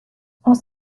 aus